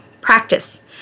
practice